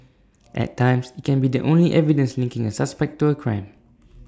at times IT can be the only evidence linking A suspect to A crime